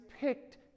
picked